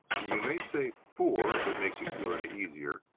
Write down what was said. you may say fore! if it makes you feel any easier.